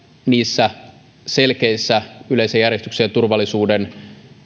selkeissä yleisen järjestyksen ja turvallisuuden